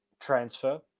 transfer